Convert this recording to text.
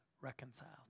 reconciled